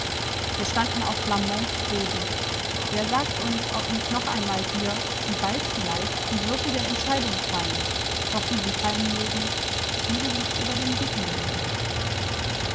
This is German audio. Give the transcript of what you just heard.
wir standen auf flamands boden wer sagt uns ob nicht noch einmal hier wie bald vielleicht die würfel der entscheidung fallen doch wie sie fallen mögen friede liegt über dem